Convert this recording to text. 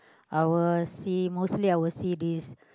I will see mostly I will see this